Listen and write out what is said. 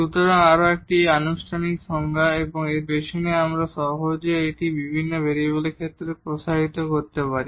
সুতরাং এটি হল এর সংজ্ঞা এবং এর আসল মানে আছে এর কারণ এর মধ্যে যা আমরা সহজেই বিভিন্ন ভেরিয়েবলের ক্ষেত্রে প্রসারিত করতে পারি